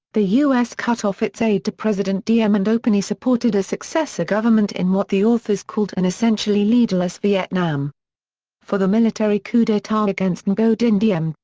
the u s. cut off its aid to president diem and openly supported a successor government in what the authors called an essentially leaderless vietnam for the military coup d'etat against ngo dinh diem,